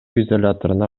изоляторуна